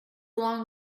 long